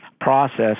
process